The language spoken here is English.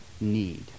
need